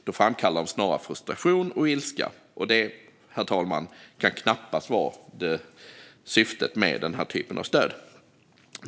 Då framkallar de snarare frustration och ilska, och det, herr talman, kan knappast vara syftet med denna typ av stöd.